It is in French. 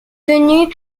tenues